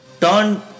turn